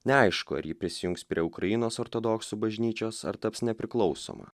neaišku ar ji prisijungs prie ukrainos ortodoksų bažnyčios ar taps nepriklausoma